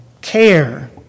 care